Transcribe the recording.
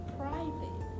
private